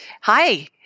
hi